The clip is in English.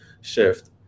shift